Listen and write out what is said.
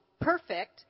perfect